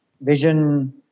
vision